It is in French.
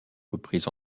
reprise